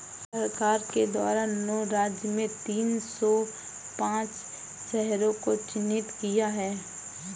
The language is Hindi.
सरकार के द्वारा नौ राज्य में तीन सौ पांच शहरों को चिह्नित किया है